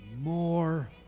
more